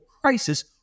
crisis